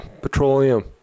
petroleum